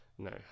No